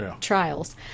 trials